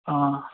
অঁ